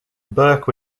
burke